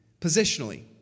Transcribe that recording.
positionally